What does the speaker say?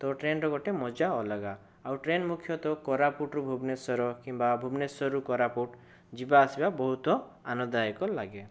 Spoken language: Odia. ତ ଟ୍ରେନରେ ଗୋଟେ ମଜା ଅଲଗା ଆଉ ଟ୍ରେନ ମୁଖ୍ୟତଃ କୋରାପୁଟରୁ ଭୁବନେଶ୍ବର କିମ୍ବା ଭୁବନେଶ୍ବରରୁ କୋରାପୁଟ ଯିବା ଆସିବା ବହୁତ ଆନନ୍ଦଦାୟକ ଲାଗେ